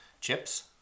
Chips